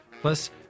Plus